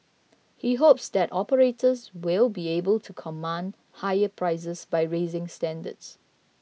he hopes that operators will be able to command higher prices by raising standards